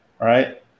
right